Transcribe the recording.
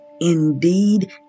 Indeed